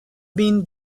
been